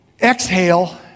exhale